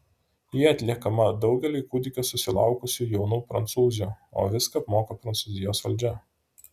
ji atliekama daugeliui kūdikio susilaukusių jaunų prancūzių o viską apmoka prancūzijos valdžia